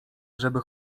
żeby